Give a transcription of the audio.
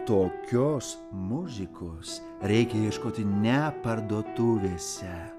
tokios muzikos reikia ieškoti ne parduotuvėse